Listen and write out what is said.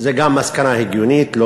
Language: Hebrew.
זה גם מסקנה הגיונית.